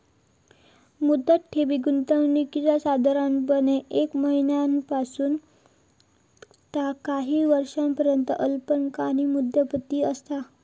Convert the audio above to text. मुदत ठेवी गुंतवणुकीत साधारणपणे एक महिन्यापासना ता काही वर्षांपर्यंत अल्पकालीन मुदतपूर्ती असता